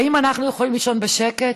האם אנחנו יכולים לישון בשקט